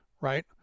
right